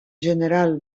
general